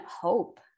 hope